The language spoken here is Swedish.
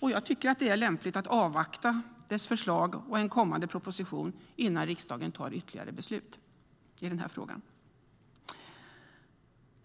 och jag tycker att det är lämpligt att avvakta dess förslag och en kommande proposition innan riksdagen tar ytterligare beslut i frågan.